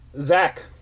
zach